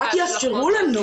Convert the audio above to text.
אם יאפשרו לנו,